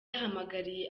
yahamagariye